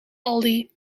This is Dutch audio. aldi